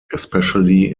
especially